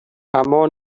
اما